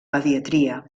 pediatria